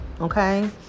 Okay